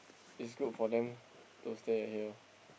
is good for them to stay at here